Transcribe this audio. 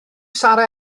sarra